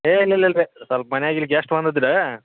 ಏಯ್ ಇಲ್ಲ ಇಲ್ಲ ರೀ ಸ್ವಲ್ಪ ಮನೆಯಾಗೆ ಇಲ್ಲಿ ಗೆಸ್ಟ್ ಬಂದಿದ್ರೇ